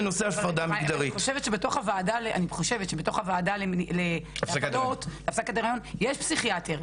אני חושבת שבתוך הוועדה להפסקת הריון יש פסיכיאטר.